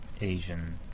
Asian